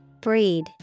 Breed